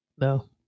No